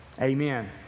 Amen